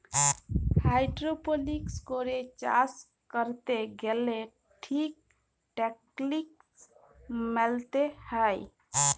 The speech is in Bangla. হাইড্রপলিক্স করে চাষ ক্যরতে গ্যালে ঠিক টেকলিক মলতে হ্যয়